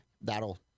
That'll